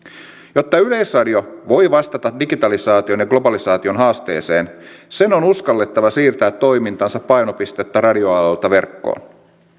jotta yleisradio voi vastata digitalisaation ja globalisaation haasteeseen sen on uskallettava siirtää toimintansa painopistettä radioaalloilta verkkoon